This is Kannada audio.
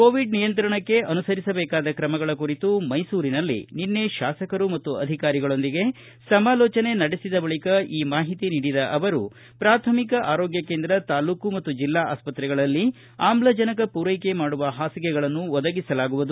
ಕೊವಿಡ್ ನಿಯಂತ್ರಣಕ್ಕೆ ಅನುಸರಿಸಬೇಕಾದ ಕ್ರಮಗಳ ಕುರಿತು ಮೈಸೂರಿನಲ್ಲಿ ನಿನ್ನೆ ತಾಸಕರು ಮತ್ತು ಅಧಿಕಾರಿಗಳೊಂದಿಗೆ ಸಮಾಲೋಜನೆ ನಡೆಸಿದ ಬಳಿಕ ಈ ಮಾಹಿತಿ ನೀಡಿದ ಅವರು ಪ್ರಾಥಮಿಕ ಆರೋಗ್ಯ ಕೇಂದ್ರ ತಾಲೂಕು ಮತ್ತು ಜಿಲ್ಲಾ ಆಸ್ತ್ರೆಗಳಲ್ಲಿ ಆಮ್ಲಜನಕ ಮೂರೈಕೆ ಮಾಡುವ ಹಾಸಿಗೆಗಳನ್ನು ಒದಗಿಸಲಾಗುವುದು